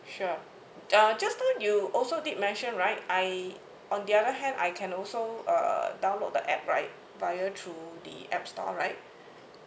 sure uh just now you also did mention right I on the other hand I can also uh download the app right via through the app store right